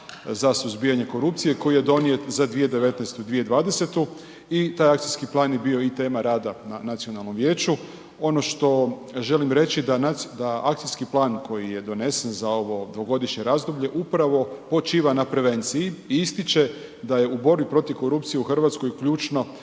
za suzbijanje korupcije koji je donijet za 2019./2020. i taj akcijski plan je bio i tema rada na nacionalnom vijeću. Ono što želim reći da akcijski plan koji je donesen za ovo dvogodišnje razdoblje upravo počiva na prevenciji i ističe da je u borbi protiv korupcije u RH ključno